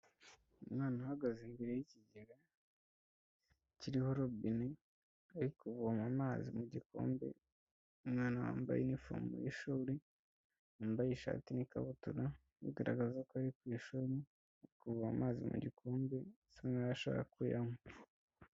Umwana uhagaze imbere y'ikigega kiriho robine, ari kuvoma amazi mu gikombe, umwana wambaye inifomo y'ishuri, yambaye ishati n'ikabutura bigaragaza ko ari ku ishuri, ari kuvoma amazi mu gikombe, bisa nk'aho ashaka kuyanywa.